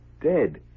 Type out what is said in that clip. dead